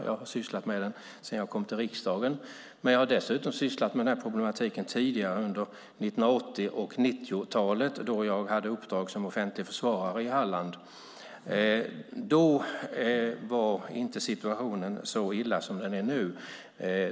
Jag har sysslat med den sedan jag kom till riksdagen, men jag har dessutom sysslat med de här problemen tidigare under 1980 och 1990-talet då jag hade uppdrag som offentlig försvarare i Halland. Då var situationen inte så illa som den är nu.